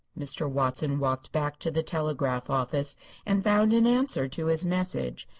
mr. watson walked back to the telegraph office and found an answer to his message.